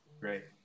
great